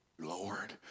Lord